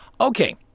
Okay